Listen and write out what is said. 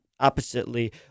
Oppositely